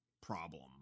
problem